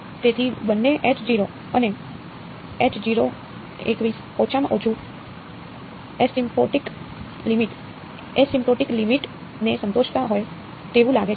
તેથી બંને અને ઓછામાં ઓછા એસિમ્પ્ટોટિક લિમિટ ને સંતોષતા હોય તેવું લાગે છે